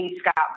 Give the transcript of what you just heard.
Scott